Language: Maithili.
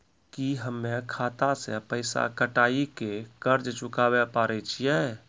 की हम्मय खाता से पैसा कटाई के कर्ज चुकाबै पारे छियै?